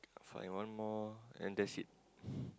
find one more and that's it